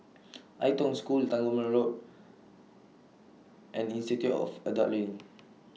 Ai Tong School Tangmere Road and Institute of Adult Learning